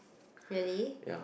really